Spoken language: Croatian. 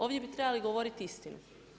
Ovdje bi trebali govoriti istinu.